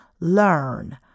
learn